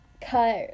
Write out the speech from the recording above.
cut